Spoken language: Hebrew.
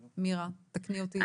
מירה, תקני אותי.